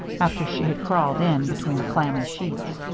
after she had crawled in between the clammy sheets.